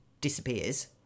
disappears